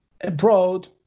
abroad